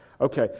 Okay